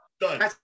done